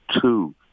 Two